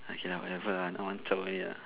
okay lah whatever lah I want chao already ah